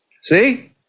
See